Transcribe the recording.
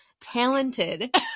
talented